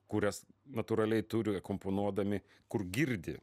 kurias natūraliai turi akomponuodami kur girdi